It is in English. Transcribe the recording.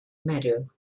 meadow